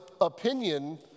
opinion